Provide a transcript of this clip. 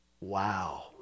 Wow